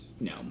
no